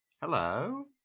Hello